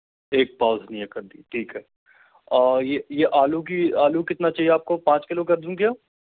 एक पाव धनिया कर दी ठीक है और ये ये आलू की आलू कितना चाहिए आप को पाँच किलो कर दूँ क्या